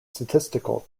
statistical